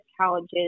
challenges